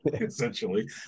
essentially